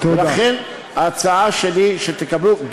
לכן ההצעה שלי היא שתקבלו,